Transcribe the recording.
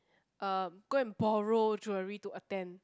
uh go and borrow jewelry to attend